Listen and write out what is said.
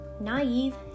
naive